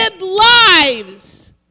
lives